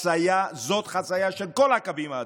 זאת חצייה של כל הקווים האדומים.